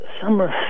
Summer